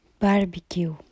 barbecue